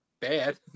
bad